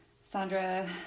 Sandra